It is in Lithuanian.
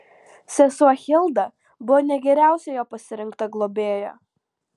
sesuo hilda buvo ne geriausia jo pasirinkta globėja